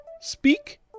Speak